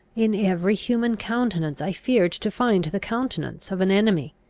in every human countenance i feared to find the countenance of an enemy.